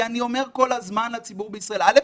אני אומר כל הזמן לציבור בישראל: א',